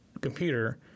computer